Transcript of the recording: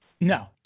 No